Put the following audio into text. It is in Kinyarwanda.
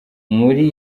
muri